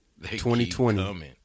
2020